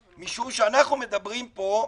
משום שאנחנו מדברים פה,